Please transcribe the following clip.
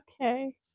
Okay